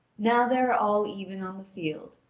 now they are all even on the field.